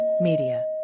Media